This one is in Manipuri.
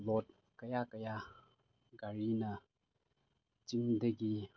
ꯂꯣꯗ ꯀꯌꯥ ꯀꯌꯥ ꯒꯥꯔꯤꯅ ꯆꯤꯡꯗꯒꯤ